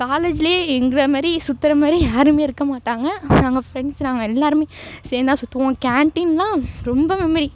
காலேஜ்லேயே எங்களை மாரி சுத்துகிற மாரி யாரும் இருக்க மாட்டாங்க நாங்கள் ஃப்ரெண்ட்ஸ் நாங்கள் எல்லோருமே சேர்ந்துதான் சுற்றுவோம் கேண்டீன்லாம் ரொம்ப மெமரி